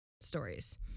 stories